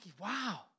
wow